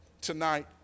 tonight